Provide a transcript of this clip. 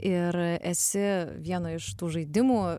ir esi vieno iš tų žaidimų